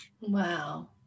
Wow